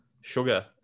Sugar